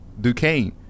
Duquesne